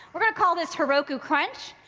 are gonna call this heroku crunch.